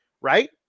Right